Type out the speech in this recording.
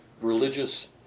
religious